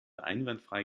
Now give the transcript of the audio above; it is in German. einwandfrei